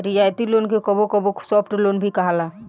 रियायती लोन के कबो कबो सॉफ्ट लोन भी कहाला